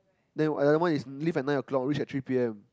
then another one is leave at nine o-clock reach at three P_M